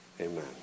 Amen